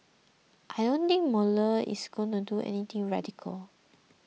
I don't think Mueller is going to do anything radical